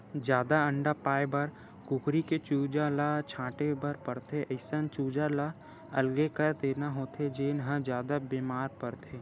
जादा अंडा पाए बर कुकरी के चूजा ल छांटे बर परथे, अइसन चूजा ल अलगे कर देना होथे जेन ह जादा बेमार परथे